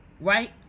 right